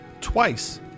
Twice